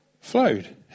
flowed